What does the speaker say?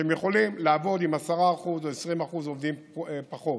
שהם יכולים לעבוד עם 10% או 20% עובדים פחות,